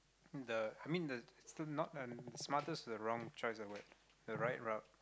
the I mean the not the smartest to the wrong choice but the right route